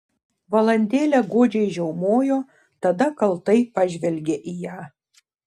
valandėlę godžiai žiaumojo tada kaltai pažvelgė į ją